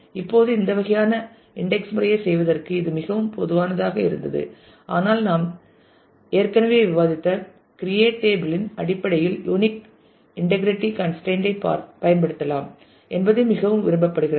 இப்போது இந்த வகையான இன்டெக்ஸ் முறையைச் செய்வதற்கு இது மிகவும் பொதுவானதாக இருந்தது ஆனால் இப்போது நாம் ஏற்கனவே விவாதித்த கிரியேட் டேபிள் இன் அடிப்படையில் யூனிக் இன்டகிரிட்டி கன்ஸ்ரெய்ன்ட் ஐ பயன்படுத்தலாம் என்பது மிகவும் விரும்பப்படுகிறது